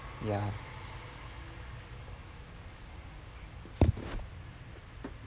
ya